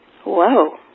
Whoa